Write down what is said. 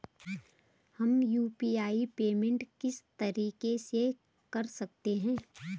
हम UPI payment किस तरीके से कर सकते हैं?